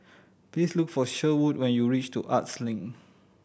please look for Sherwood when you reach to Arts Link